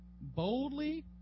Boldly